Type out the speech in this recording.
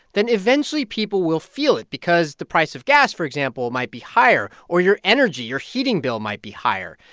then eventually, people will feel it because the price of gas, for example, might be higher, or your energy, your heating bill might be higher.